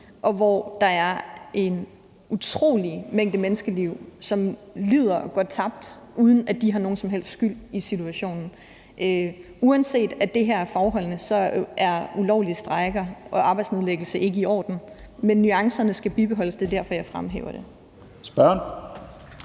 og hvor der er en utrolig mængde mennesker, som lider, og hvis liv går tabt, uden at de har nogen som helst skyld i situationen. Uanset at det er baggrunden, er ulovlige strejker og arbejdsnedlæggelser ikke i orden, men nuancerne skal bibeholdes, og det er derfor, jeg fremhæver det. Kl.